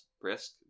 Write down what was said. brisk